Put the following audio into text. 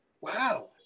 Wow